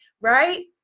right